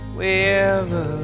Wherever